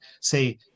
say